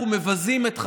בבקשה, מזכירת הכנסת.